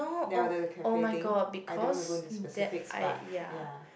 ya the cafe thing I don't want to go into specifics but ya